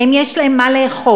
האם יש להם מה לאכול?